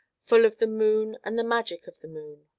full of the moon and the magic of the moon.